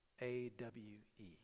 A-W-E